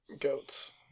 Goats